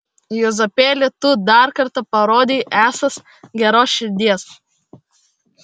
juozapėli tu dar kartą parodei esąs geros širdies